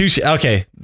Okay